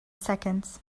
seconds